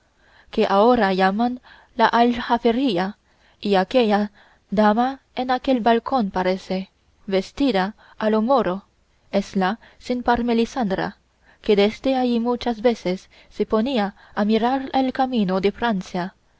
que ahora llaman la aljafería y aquella dama que en aquel balcón parece vestida a lo moro es la sin par melisendra que desde allí muchas veces se ponía a mirar el camino de francia